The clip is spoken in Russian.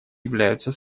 являются